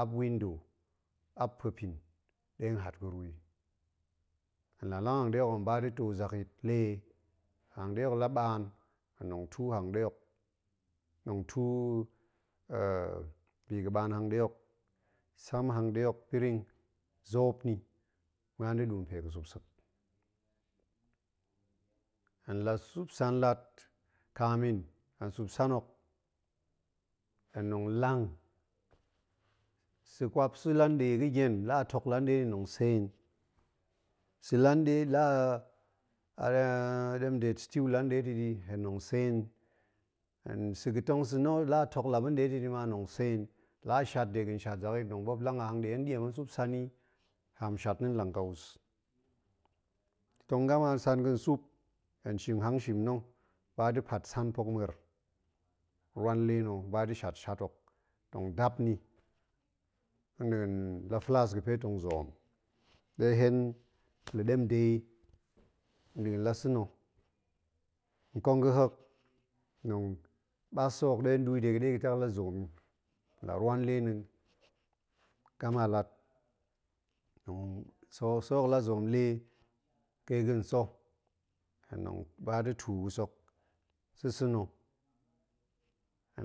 Ap window, ap puepin ɗe nhat ga̱ ruu i. hen la lang hangɗe hok, tong ba da̱ to zakyit le, hangɗe hok la ɓaan, hen tong tuu hangɗe hok, tong tuu bi ga̱ ɓaan hangɗe hok, sam hangɗe hok piring, zoop ni, ma̱an da̱ ɗuu pe ga̱ sup sek. hen la sup san lat, kamin hen sup san hok hen tong lang sa̱-kwap sa̱ la nɗe ga̱ gien, la a tok lan nɗe, tong seen, sa̱ lan nɗe la a ɗemde stew la nɗe ta̱ ɗi, hen tong seen, hen sa̱ ga̱ tong sa̱ na̱ la tok la ba̱n ɗe ta̱ ɗi ma tong seen la shat de ga̱n shat zakyit tong b. uop lang a hangɗe, hen ɗiem tong sup san i, haam shat na̱ lang ƙa wus. ga̱ tong gama san ga̱n sup, hen shing haam shing na̱ ba da̱ pat san pek ma̱er, rwan le na̱ ba da̱ shat-shat hok, tong gap ni nɗin la flas ga̱ fe tong zoom, ɗe hen la̱ ɗemde i nɗin la sa̱ na̱. nkong ga̱ hok, tong mas sa̱ hok ɗe nɗuu ɗe ga̱ tek la zoom i, la rwan le na̱, gama lat, sa̱-sa̱ hok la zoom le ƙe ga̱n sa̱ hen tong ba da̱ tuu wus hok. sa̱-sa̱ na̱.